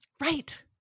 Right